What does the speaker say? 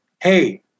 Hey